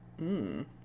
Mmm